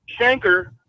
Shanker